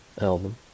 album